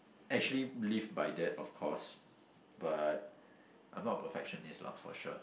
actually believe by that of course but I'm not a perfectionist lah for sure